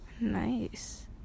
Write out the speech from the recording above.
Nice